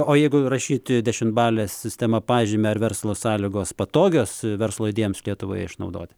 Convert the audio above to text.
o jeigu rašyti dešimtbale sistema pažymį ar verslo sąlygos patogios verslo idėjoms lietuvoje išnaudoti